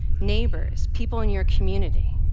neighbors, people in your community?